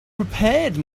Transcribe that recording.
prepared